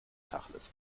tacheles